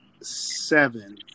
seven